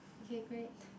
okay great